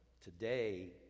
today